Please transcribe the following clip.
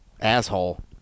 asshole